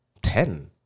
ten